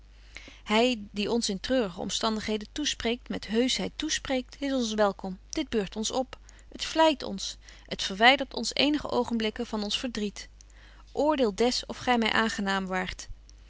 hy die ons in treurige omstandigheden toespreekt met heusheid toespreekt is ons welkom dit beurt ons op het vleit ons het verwydert ons eenige oogenblikken van ons verbetje wolff en aagje deken historie van mejuffrouw sara burgerhart driet oordeel des of gy my aangenaam waart